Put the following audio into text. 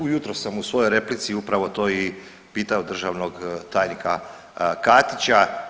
Ujutro sam u svojoj replici upravo to i pitao državnog tajnika Katića.